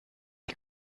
ich